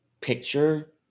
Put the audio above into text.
picture